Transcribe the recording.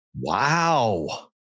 Wow